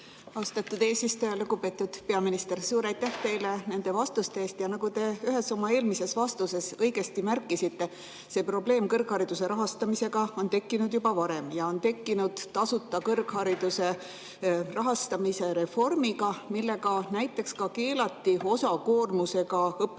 Austatud eesistuja! Lugupeetud peaminister, suur aitäh teile nende vastuste eest! Nagu te ühes oma eelmises vastuses õigesti märkisite, on see probleem kõrghariduse rahastamisega tekkinud juba varem ja on tekkinud tasuta kõrghariduse rahastamise reformiga, millega näiteks keelati osakoormusega õppekavade